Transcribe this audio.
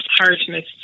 harshness